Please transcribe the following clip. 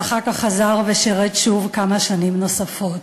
ואחר כך חזר ושירת שוב כמה שנים נוספות.